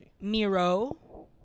Miro